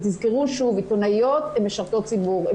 תזכרו שוב, עיתונאיות הן משרתות ציבור.